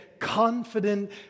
confident